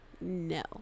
no